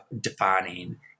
defining